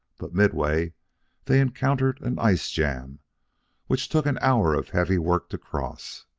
but midway they encountered an ice-jam which took an hour of heavy work to cross.